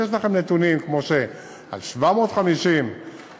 אם יש לכם נתונים כמו זה שעלו 750 בבנימינה,